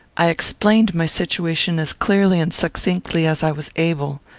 i explained my situation as clearly and succinctly as i was able.